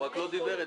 הוא רק לא דיבר.